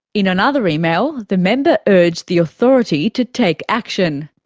in another email the member urged the authority to take action.